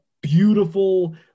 beautiful